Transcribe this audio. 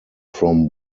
from